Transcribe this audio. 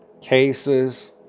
cases